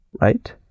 right